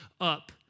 up